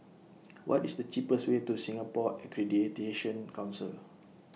What IS The cheapest Way to Singapore Accreditation Council